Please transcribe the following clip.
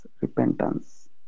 repentance